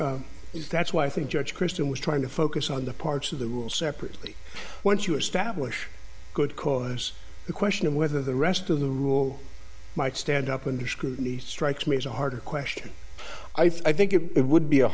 that's why i think judge kristen was trying to focus on the parts of the rule separately once you establish good cause the question of whether the rest of the rule might stand up under scrutiny strikes me as a hard question i think it would be a